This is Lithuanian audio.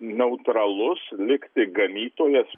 neutralus likti ganytojas